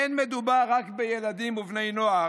אין מדובר רק בילדים ובני נוער,